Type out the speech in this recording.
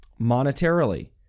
monetarily